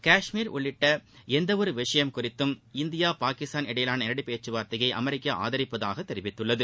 கஷ்மீர் உள்ளிட்ட எந்தவொரு விஷயம் குறித்து இந்தியா பாகிஸ்தான் இடையிலான நேரடி பேச்சுவார்த்தையை அமெரிக்கா ஆதரிப்பதாக தெரிவித்துள்ளது